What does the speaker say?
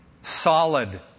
solid